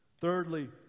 Thirdly